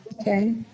Okay